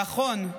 נכון,